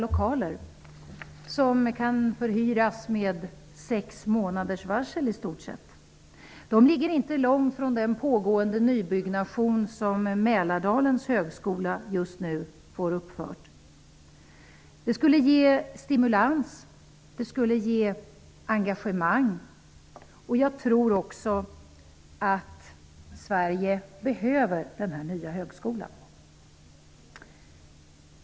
De kan förhyras med i stort sett sex månaders varsel. De ligger inte långt från de byggnader som håller på att uppföras för Mälardalens högskola. En högskola skulle ge stimulans och engagemang, och jag tror att Sverige behöver denna nya högskola.